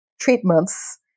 treatments